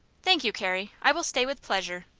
thank you, carrie i will stay with pleasure.